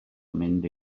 mynd